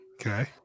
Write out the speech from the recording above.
okay